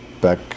back